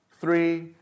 three